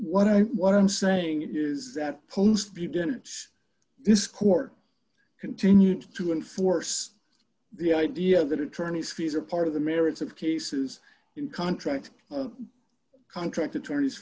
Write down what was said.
what i what i'm saying is that post b didn't this court continued to enforce the idea that attorneys fees are part of the merits of cases in contract of contract attorneys